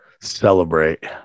celebrate